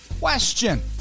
Question